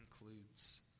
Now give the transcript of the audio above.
includes